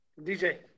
DJ